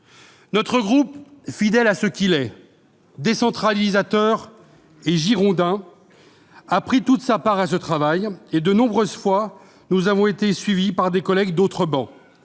Notre groupe, fidèle à ce qu'il est, décentralisateur et girondin, a pris toute sa part à ce travail. À de nombreuses reprises, nous avons été suivis par des collègues siégeant